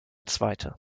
zweite